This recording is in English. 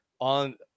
on